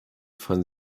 von